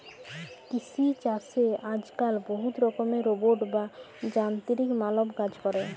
কিসি ছাসে আজক্যালে বহুত রকমের রোবট বা যানতিরিক মালব কাজ ক্যরে